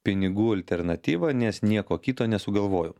pinigų alternatyvą nes nieko kito nesugalvojau